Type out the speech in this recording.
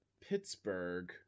Pittsburgh